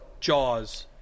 Jaws